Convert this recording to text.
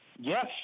Yes